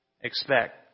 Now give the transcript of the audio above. expect